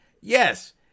yes